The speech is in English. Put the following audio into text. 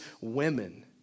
women